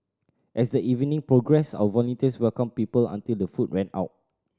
as the evening progressed our volunteers welcomed people until the food ran out